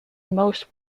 most